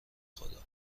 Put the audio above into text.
خدا